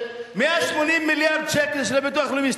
180 מיליארד שקל של הביטוח הלאומי,